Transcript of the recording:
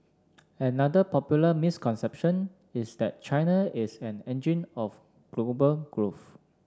another popular misconception is that China is an engine of global growth